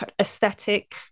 aesthetic